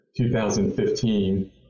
2015